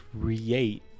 create